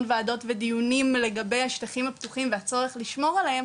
וועדות ודיונים לגבי השטחים הפתוחים והצורך לשמור עליה,